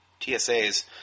TSAs